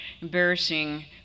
embarrassing